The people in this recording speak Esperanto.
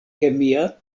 kemia